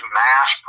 mass